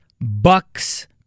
Bucks